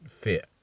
fit